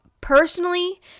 personally